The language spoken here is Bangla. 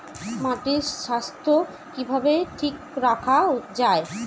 মাটির স্বাস্থ্য কিভাবে ঠিক রাখা যায়?